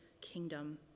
kingdom